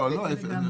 לא, לא אפס.